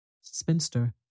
spinster